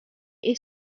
est